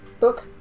book